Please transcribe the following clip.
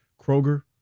Kroger